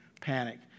panic